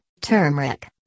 Turmeric